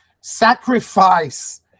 sacrifice